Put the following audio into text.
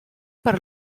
per